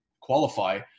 qualify